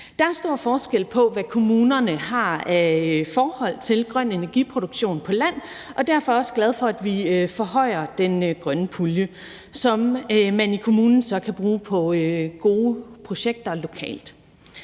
Der er stor forskel på, hvad kommunerne har af forhold til grøn energiproduktion på land, og jeg er derfor også glad for, at vi forhøjer den grønne pulje, som man i kommunen så kan bruge på gode projekter lokalt.